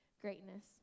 greatness